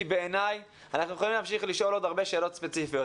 כי בעיניי אנחנו יכולים להמשיך לשאול עוד הרבה שאלות ספציפיות.